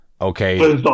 okay